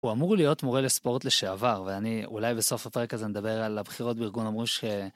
הוא אמור להיות מורה לספורט לשעבר, ואני אולי בסוף הפרק הזה נדבר על הבחירות בארגון אמרו ש...